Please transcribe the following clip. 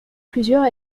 plusieurs